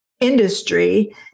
industry